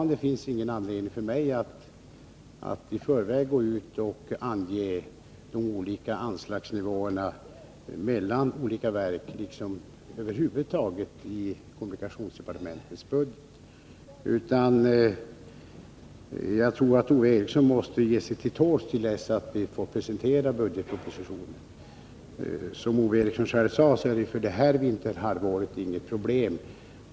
F. n. finns det ingen anledning för mig att i förväg gå ut och ange de olika anslagsnivåerna mellan olika verk liksom över huvud taget i kommunikationsdepartementets budget. Ove Eriksson måste nog ge sig till tåls tills vi presenterar budgetpropositionen. Som Ove Eriksson själv sade är det för det här vinterhalvåret inga problem.